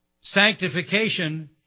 Sanctification